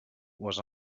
was